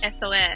SOS